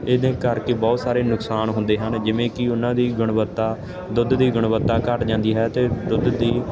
ਇਹਦੇ ਕਰਕੇ ਬਹੁਤ ਸਾਰੇ ਨੁਕਸਾਨ ਹੁੰਦੇ ਹਨ ਜਿਵੇਂ ਕਿ ਉਹਨਾਂ ਦੀ ਗੁਣਵੱਤਾ ਦੁੱਧ ਦੀ ਗੁਣਵੱਤਾ ਘੱਟ ਜਾਂਦੀ ਹੈ ਅਤੇ ਦੁੱਧ ਦੀ